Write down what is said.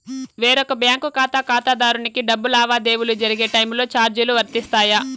వేరొక బ్యాంకు ఖాతా ఖాతాదారునికి డబ్బు లావాదేవీలు జరిగే టైములో చార్జీలు వర్తిస్తాయా?